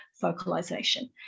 vocalization